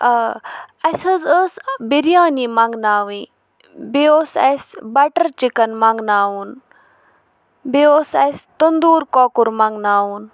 آ اَسہِ حظ ٲس بِریانی منٛگناوٕنۍ بیٚیہِ اوس اَسہِ بَٹَر چِکَن منٛگناوُن بیٚیہِ اوس اَسہِ تندوٗر کۄکُر منٛگناوُن